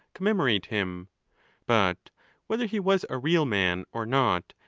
commemorate him but whether he was a real man or not,